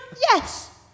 Yes